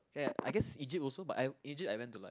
ya I guess Egypt also but I Egypt I went to like